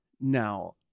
Now